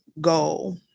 goal